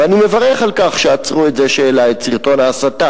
ואני מברך על כך שעצרו את זה שהעלה את סרטון ההסתה,